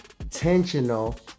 intentional